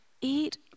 eat